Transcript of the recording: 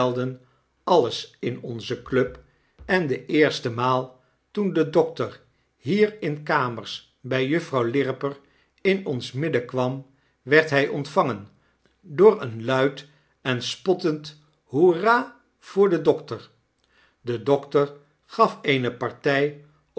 alles in onze club en deeerste maal toen de dokter hier in de kamers bij juffrouw lirriper in ons midden kwam werd hij ontvangen door eenluid en spottend hoera voor den dokter de dokter gaf eene partij